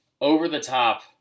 over-the-top